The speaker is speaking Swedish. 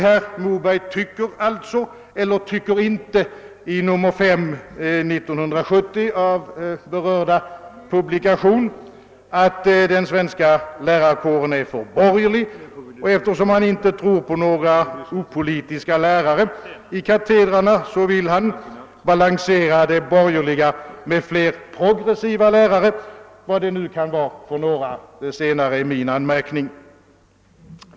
Herr Moberg tycker alltså, eller inte, i nr 5 år 1970 av berörda publikation, att den svenska lärarkåren är för borgerlig, och eftersom han inte tror på några opolitiska lärare i katedrarna, vill han balansera de borgerliga med fler progressiva lärare, vad det nu kan vara för några — det senare är min anmärkning.